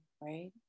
right